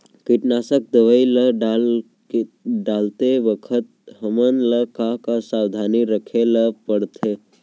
कीटनाशक दवई ल डालते बखत हमन ल का का सावधानी रखें ल पड़थे?